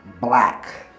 black